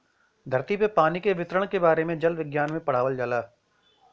धरती पे पानी के वितरण के बारे में जल विज्ञना में पढ़ावल जाला